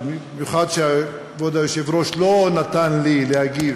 במיוחד כשכבוד היושב-ראש לא נתן לי להגיב